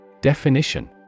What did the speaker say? Definition